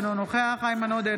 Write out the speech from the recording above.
אינו נוכח איימן עודה,